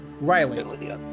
Riley